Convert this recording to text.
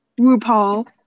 RuPaul